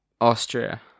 Austria